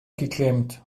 geklemmt